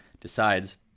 decides